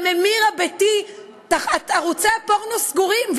בממיר הביתי ערוצי הפורנו סגורים,